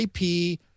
IP